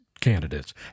candidates